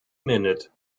minute